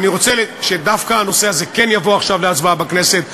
אני רוצה שדווקא הנושא הזה כן יבוא להצבעה בכנסת.